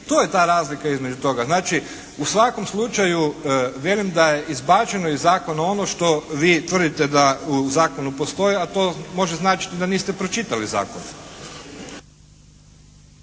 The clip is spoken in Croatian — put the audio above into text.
To je ta razlika između toga. Znači u svakom slučaju velim da je izbačeno iz zakona ono što vi tvrdite da u zakonu postoji, a to može značiti da niste pročitali zakon.